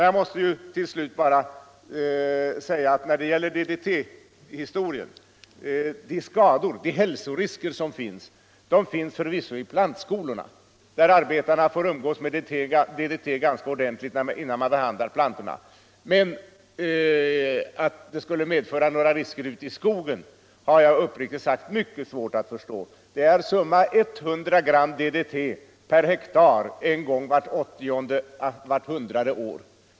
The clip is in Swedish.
Jag måste till slut säga att hälsoriskerna när det gäller DDT förvisso finns i plantskolorna, där arbetarna får umgås med DDT ganska ordentligt, när plantorna behandlas. Men att DDT skulle medföra några risker ute i skogen har jag uppriktigt sagt mycket svårt att förstå. Det är summa 100 gram DDT per hektar en gång på 80-100 år.